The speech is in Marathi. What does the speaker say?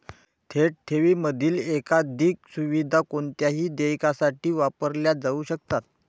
थेट ठेवींमधील एकाधिक सुविधा कोणत्याही देयकासाठी वापरल्या जाऊ शकतात